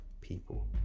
people